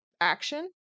action